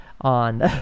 on